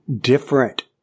different